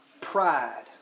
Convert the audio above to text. pride